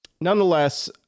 Nonetheless